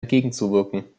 entgegenzuwirken